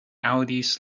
aŭdis